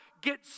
get